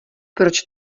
proč